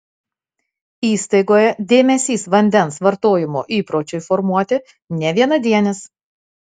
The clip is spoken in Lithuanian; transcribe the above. įstaigoje dėmesys vandens vartojimo įpročiui formuoti ne vienadienis